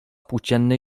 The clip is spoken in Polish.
płóciennej